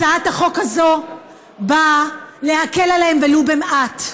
הצעת החוק הזו באה להקל עליהם ולו במעט.